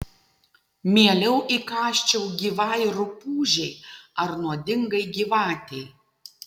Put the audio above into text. mieliau įkąsčiau gyvai rupūžei ar nuodingai gyvatei